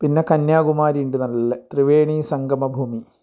പിന്നെ കന്യാകുമാരി ഉണ്ട് നല്ല ത്രിവേണി സങ്കമ ഭൂമി